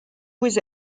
was